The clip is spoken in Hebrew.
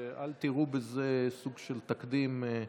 אל תראו בזה סוג של תקדים.